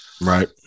Right